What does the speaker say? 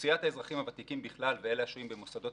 אוכלוסיית האזרחים הוותיקים בכלל ואלה השוהים במוסדות